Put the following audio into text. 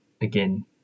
again